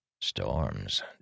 Storms